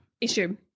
issue